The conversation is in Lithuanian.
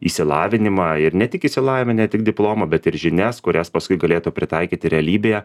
išsilavinimą ir ne tik išsilavinimą ne tik diplomą bet ir žinias kurias paskui galėtų pritaikyti realybėje